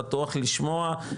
פתוח לשמוע,